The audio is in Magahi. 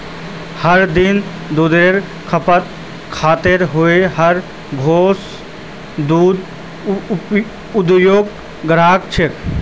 हर दिन दुधेर खपत दखते हुए हर घोर दूध उद्द्योगेर ग्राहक छे